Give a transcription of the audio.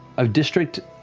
a district,